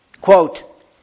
Quote